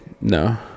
No